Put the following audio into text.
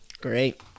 Great